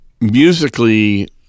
musically